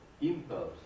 impulse